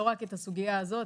לא רק את הסוגיה הזאת,